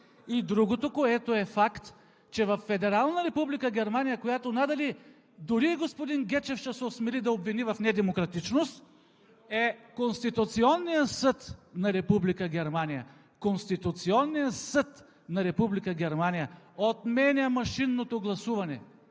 и другото, което е факт, че във Федерална Република Германия, която надали, дори и господин Гечев ще се осмели да обвини в недемократичност, е Конституционният съд на Република Германия. Конституционният съд на Република Германия отменя машинното гласуване!